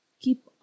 keep